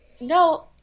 no